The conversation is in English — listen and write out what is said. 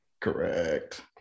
Correct